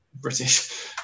British